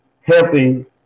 helping